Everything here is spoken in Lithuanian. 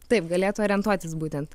taip galėtų orientuotis būtent